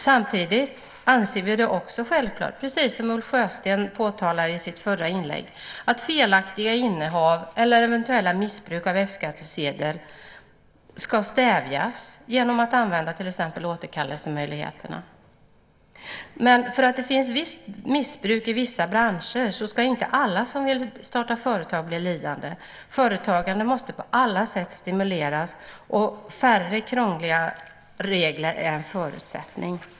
Samtidigt anser vi det också självklart, precis som Ulf Sjösten påtalade i sitt förra inlägg, att felaktiga innehav eller eventuella missbruk av F-skattsedel ska stävjas genom att man till exempel använder återkallelsemöjligheterna. För att det finns visst missbruk i vissa branscher ska inte alla som vill starta företag bli lidande. Företagande måste på alla sätt stimuleras, och färre krångliga regler är en förutsättning.